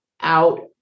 out